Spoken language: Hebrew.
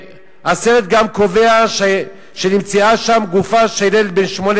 והסרט גם קובע שנמצאה שם גופה של ילד בן שמונה